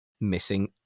Missing